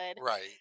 Right